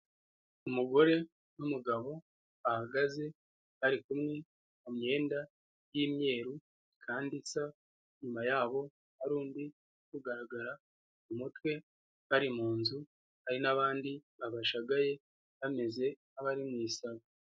Umugore n'umugabo bahagaze bari kumwe mu myenda y'imyeru kandi isa, inyuma yabo hari undi uri kugaragara umutwe bari mu nzu, hari n'abandi babashagaye bameze nk'abari mu isaba.